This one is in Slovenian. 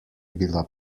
bila